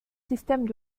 systèmes